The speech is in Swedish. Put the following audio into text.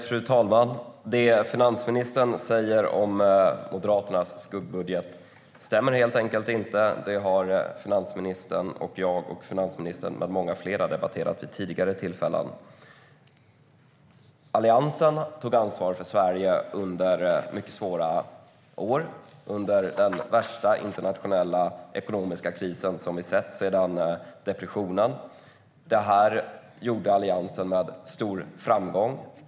Fru talman! Det som finansministern säger om Moderaternas skuggbudget stämmer inte. Det har finansministern debatterat med mig och många flera vid tidigare tillfällen. Alliansen tog ansvar för Sverige under mycket svåra år, under den värsta internationella ekonomiska kris som vi har sett sedan depressionen. Det gjorde Alliansen med stor framgång.